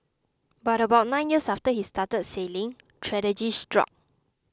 but about nine years after he started sailing tragedy struck